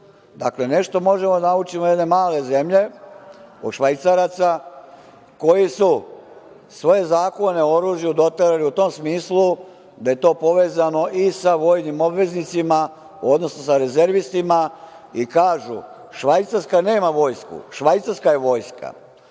Dakle, nešto možemo da naučimo od jedne male zemlje, od Švajcaraca koji su svoje zakone o oružju doterali u tom smislu da je to povezano i sa vojnim obveznicima, odnosno sa rezervistima i kažu – Švajcarska nema vojsku, Švajcarska je vojska. Takođe,